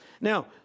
Now